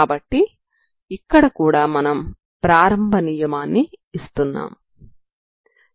కాబట్టి ఇక్కడ కూడా మనం ప్రారంభం నియమాన్ని ఇస్తున్నాము